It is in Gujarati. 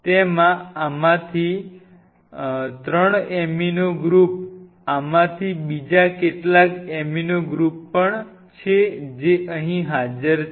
તેમાં આમાંથી 3 એમિનો ગ્રુપ આમાંથી બીજા કેટલાક એમિનો ગ્રુપ પણ છે જે અહીં હાજર છે